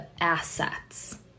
assets